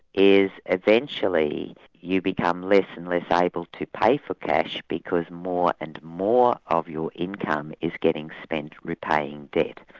is eventually you become less and less able to pay for cash because more and more of your income is getting spent repaying debt.